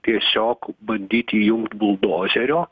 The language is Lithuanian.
tiesiog bandyti jų buldozerio